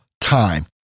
time